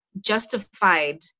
justified